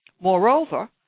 Moreover